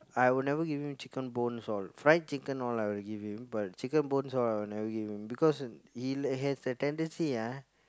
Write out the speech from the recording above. I will never give him chicken bones all fried chicken all I will give him but chicken bones all I will never give him because he has the tendency ah